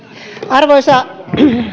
arvoisa